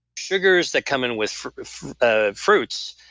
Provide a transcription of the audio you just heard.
sugars that come in with ah fruits,